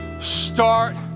Start